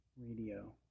radio